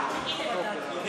משעממת אותך,